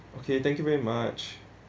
okay thank you very much